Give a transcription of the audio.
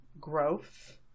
growth